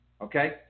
Okay